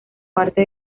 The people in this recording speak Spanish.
parte